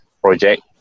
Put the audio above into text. project